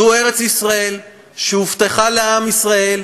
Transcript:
זו ארץ-ישראל שהובטחה לעם ישראל,